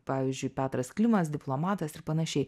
pavyzdžiui petras klimas diplomatas ir panašiai